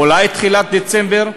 אולי תחילת דצמבר.